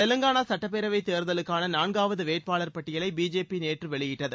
தெலங்கானா சட்டப்பேரவை தேர்தலுக்கான நான்காவது வேட்பாளர் பட்டியலை பிஜேபி நேற்று வெளியிட்டது